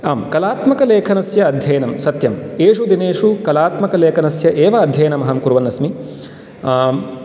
आम् कलात्मकलेखनस्य अध्ययनं सत्यं एषु दिनेषु कलात्मकलेकनस्य एव अध्ययनम् अहं कुर्वन् अस्मि